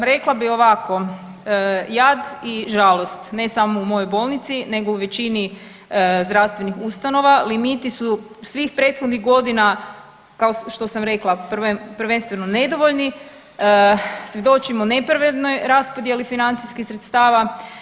Pa rekla bih ovako, jad i žalost, ne samo u mojoj bolnici nego u većini zdravstvenih ustanova limiti su svih prethodnih godina kao što sam rekla prvenstveno nedovoljni, svjedočimo nepravednoj raspodjeli financijskih sredstava.